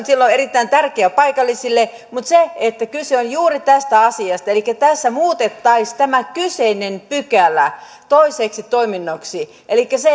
silloin erittäin tärkeä paikallisille mutta kyse on juuri tästä asiasta elikkä tässä muutettaisiin kyseinen pykälä toiseksi toiminnoksi elikkä